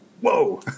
whoa